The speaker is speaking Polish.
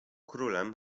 królem